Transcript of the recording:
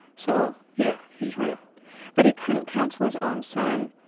so yeah. he's real but he couldn't counsel his own son.